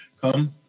come